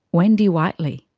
wendy whiteley.